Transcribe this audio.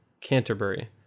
Canterbury